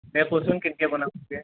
দে কওচোন কেনকৈ বনাম